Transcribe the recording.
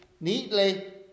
neatly